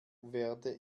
werde